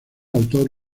autor